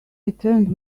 returned